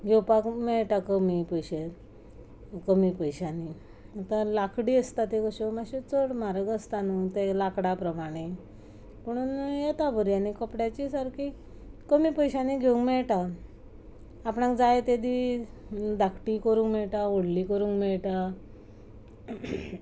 घेवपाक मेळटा कमी पयशान कमी पयशांनी लांकडी आसता त्यो कश्यो मातश्यो चड म्हारग आसता न्हय ते लांकडा प्रमाणें पुणून येता बऱ्यो आनी कपड्याची सारकी कमी पयशांनी घेवंक मेळटा आपणाक जाय तेदी धाकटी करूंक मेळटा व्हडली करूंक मेळटा